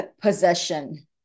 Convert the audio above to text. possession